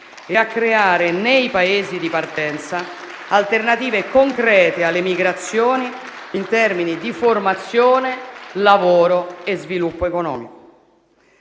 e a creare nei Paesi di partenza alternative concrete alle migrazioni in termini di formazione, lavoro e sviluppo economico.